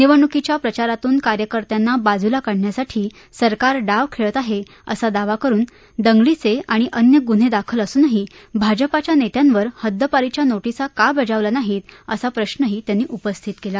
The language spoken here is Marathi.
निवडणुकीच्या प्रचारातून कार्यकर्त्यांना बाजूला काढण्यासाठी सरकार डाव खेळत आहे असा दावा करून दंगलीचे आणि अन्य गुन्हे दाखल असूनही भाजपाच्या नेत्यांवर हद्दपारीच्या नोटिसा का बजावल्या नाहीत असा प्रश्नही त्यांनी उपस्थित केला